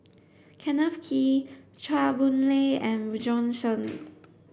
Kenneth Kee Chua Boon Lay and Bjorn Shen